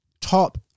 top